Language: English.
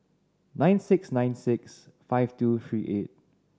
nine six nine six five two three eight